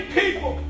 people